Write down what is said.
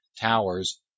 towers